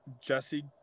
Jesse